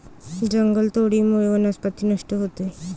जंगलतोडीमुळे वनस्पती नष्ट होते